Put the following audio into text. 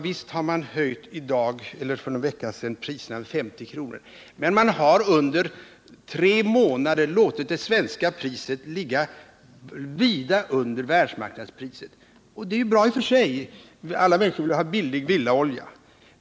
Visst höjde man för någon vecka sedan priserna med 50 kr., men man har under tre månader låtit de svenska priserna ligga vida under världsmarknadspriserna. Det är bra i och för sig, eftersom alla människor vill ha billig villaolja.